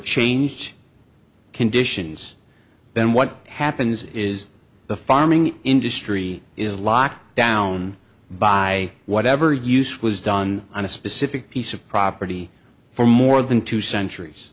change conditions then what happens is the farming industry is locked down by whatever use was done on a specific piece of property for more than two centuries